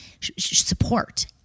support